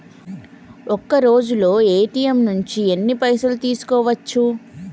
ఒక్కరోజులో ఏ.టి.ఎమ్ నుంచి ఎన్ని పైసలు తీసుకోవచ్చు?